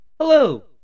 Hello